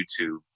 YouTube